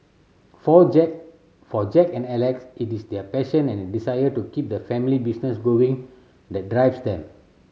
for Jack for Jack and Alex it is their passion and desire to keep the family business going that drives them